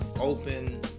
open